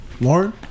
Lauren